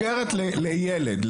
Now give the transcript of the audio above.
מסגרת לילד.